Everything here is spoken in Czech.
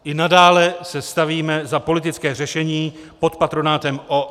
I nadále se stavíme za politické řešení pod patronátem OSN.